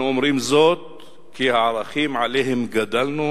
אנו אומרים זאת כי הערכים שעליהם גדלנו